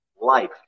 Life